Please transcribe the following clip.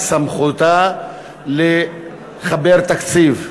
את סמכותה לחבר תקציב,